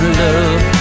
love